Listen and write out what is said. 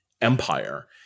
empire